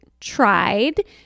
tried